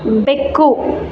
ಬೆಕ್ಕು